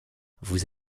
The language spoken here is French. vous